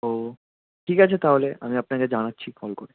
ও ঠিক আছে তাহলে আমি আপনাকে জানাচ্ছি কল করে